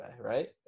right